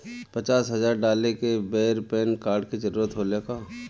पचास हजार डाले के बेर पैन कार्ड के जरूरत होला का?